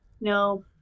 no